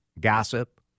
gossip